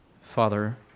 Father